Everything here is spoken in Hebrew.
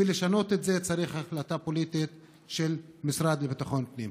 כדי לשנות את זה צריך החלטה פוליטית של המשרד לביטחון פנים.